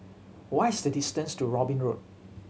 what is the distance to Robin Road